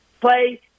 play